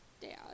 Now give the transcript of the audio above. dad